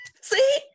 See